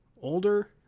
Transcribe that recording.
older